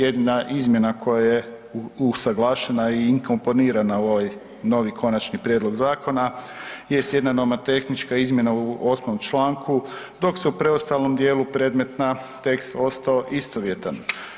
Jedina izmjena koja je usuglašena i inkorporirana u ovaj novi konačni prijedlog zakona jest jedna nomotehnička izmjena u 8. članku dok se u preostalom dijelu predmetni tekst ostao istovjetan.